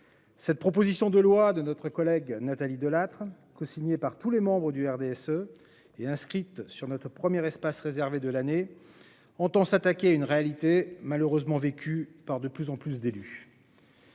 cette proposition de loi de notre collègue Nathalie Delattre, co-signé par tous les membres du RDSE et inscrite sur notre première espace réservé de l'année, entend s'attaquer une réalité malheureusement vécu par de plus en plus d'élus.